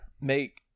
make